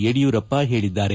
ಯಡಿಯೂರಪ್ಪ ಹೇಳಿದ್ದಾರೆ